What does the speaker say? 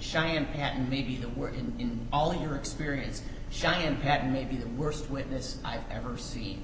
shy and patent may be the work in all your experience shine pat maybe the worst witness i've ever seen